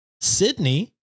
Sydney